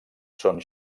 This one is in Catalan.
són